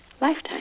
Lifetime